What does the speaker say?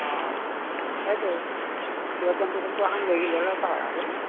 সেয়েটো tempo চেম্পো এখন লৈ গ'লে হ'ল ইয়াৰ পৰা ভাড়া কৰি